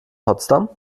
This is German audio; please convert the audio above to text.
potsdam